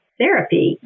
therapy